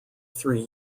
three